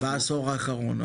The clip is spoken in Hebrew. בעשור האחרון,